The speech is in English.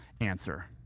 answer